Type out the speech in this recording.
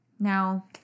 Now